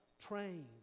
trained